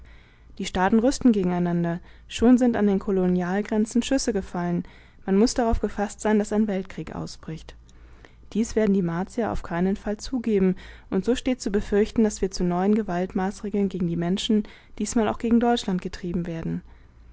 die staaten rüsten gegeneinander schon sind an den kolonialgrenzen schüsse gefallen man muß darauf gefaßt sein daß ein weltkrieg ausbricht dies werden die martier auf keinen fall zugeben und so steht zu befürchten daß wir zu neuen gewaltmaßregeln gegen die menschen diesmal auch gegen deutschland getrieben werden